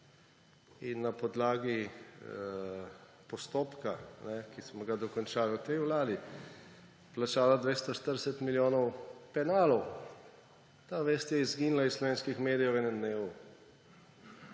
in na podlagi postopka, ki smo ga dokončali v tej vladi, plačalo 240 milijonov penalov, je izginila iz slovenskih medijev v enem dnevu.